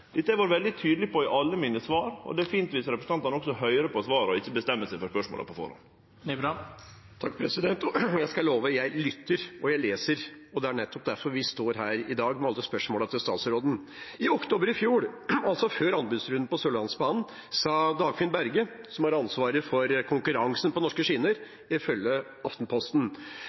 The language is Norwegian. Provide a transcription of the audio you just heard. Dette har eg vore veldig tydeleg på i alle svara mine, og det er fint om representantane også høyrer på svara, og ikkje bestemmer seg for spørsmåla på førehand. Jeg kan love at jeg lytter – og jeg leser. Det er nettopp derfor vi står her i dag med alle spørsmålene til statsråden. I oktober i fjor, altså før anbudsrunden på Sørlandsbanen, sa Dagfinn Berge, som har ansvaret for konkurransen på norske skinner, ifølge Aftenposten: